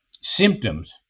symptoms